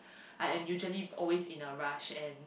I am usually always in a rush and